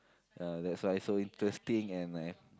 ya that's why it's so interesting and I